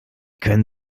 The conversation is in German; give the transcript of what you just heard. können